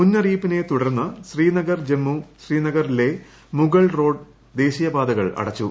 മുന്നറിയിപ്പിനെ തുടർന്ന് ശ്രീനഗർ ജമ്മു ശ്രീനഗർ ലേ മുഗൾ റോഡ് ദേശീയ ്പാതകൾ അടച്ചു